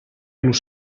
los